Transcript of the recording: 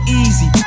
easy